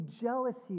jealousy